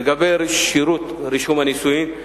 לגבי שירות רישום הנישואים,